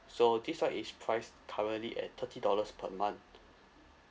so this one is priced currently at thirty dollars per month